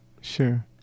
sure